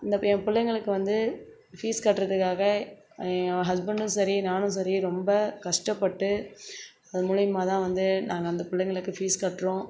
அந்த என் பிள்ளைங்களுக்கு வந்து ஃபீஸ் கட்டுறதுக்காக என் ஹஸ்பண்டும் சரி நானும் சரி ரொம்ப கஷ்டப்பட்டு அது மூலிமா தான் வந்து நாங்கள் அந்த பிள்ளைங்களுக்கு ஃபீஸ் கட்டுறோம்